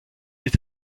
est